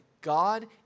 God